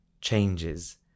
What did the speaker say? changes